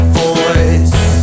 voice